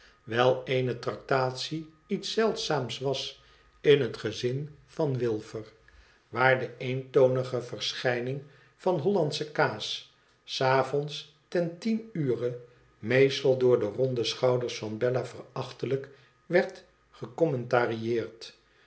wijl eene traktatie iets zeldzaams was in het gezin van wilfer waar de eentonige verschijning van houandsche kaas s avonds ten tien ure meestal door de ronde schonders van bella verachtelijk werd